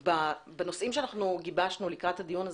בנושאים שאנחנו גיבשנו לקראת הדיון הזה,